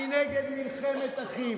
אני נגד מלחמת אחים.